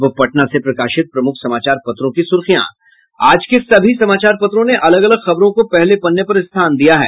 अब पटना से प्रकाशित प्रमुख समाचार पत्रों की सुर्खियां आज के सभी समाचार पत्रों ने अलग अलग खबरों को पहले पन्ने पर स्थान दिया है